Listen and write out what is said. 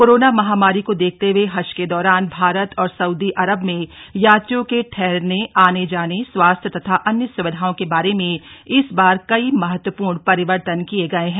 corona महामारी को देखते हुए हज के दौरान भारत और सऊदी अरब में यात्रियों के ठहरने आने जाने स्वास्थ्य तथा अन्य सुविधाओं के बारे में इस बार कई महत्वपूर्ण परिवर्तन किए गए हैं